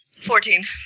Fourteen